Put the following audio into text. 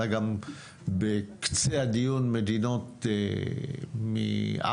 עלה גם בקצה הדיון מדינות מאפריקה.